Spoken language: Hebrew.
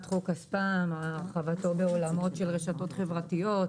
חוק הספאם והרחבתו בעולמות של רשתות חברתיות,